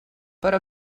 però